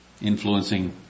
Influencing